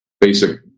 basic